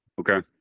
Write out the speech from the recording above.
Okay